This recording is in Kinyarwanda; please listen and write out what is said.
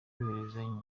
bworohereza